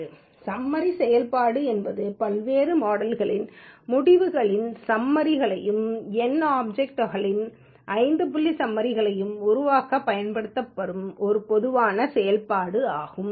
summary செயல்பாடு என்பது பல்வேறு மாடல்களின் முடிவுகளின் ஸம்மரிங்களையும் எண் R ஆப்சக்ட்களின் ஐந்து புள்ளி ஸம்மரிங்களையும் உருவாக்கப் பயன்படுத்தப்படும் ஒரு பொதுவான செயல்பாடு ஆகும்